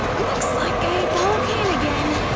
looks like i ate the whole can again.